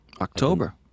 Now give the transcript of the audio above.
October